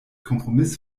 kompromiss